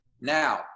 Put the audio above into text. Now